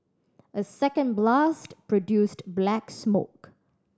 a second blast produced black smoke